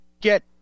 Get